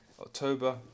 October